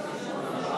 אותה.